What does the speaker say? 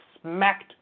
smacked